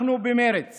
אנחנו במרצ